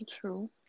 True